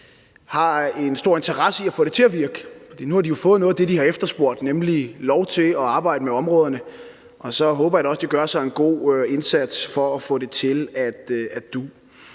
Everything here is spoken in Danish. har en stor interesse i at få det til at virke, for nu har de fået noget af det, de har efterspurgt, nemlig lov til at arbejde med områderne. Og så håber jeg da også, de gør en god indsats for få det til at du.